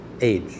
age